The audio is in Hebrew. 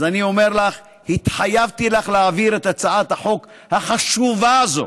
אני אומר לך: התחייבתי לך להעביר את הצעת החוק החשובה הזאת.